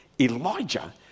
Elijah